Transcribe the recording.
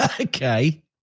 Okay